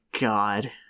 God